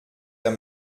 vers